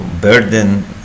burden